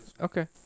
Okay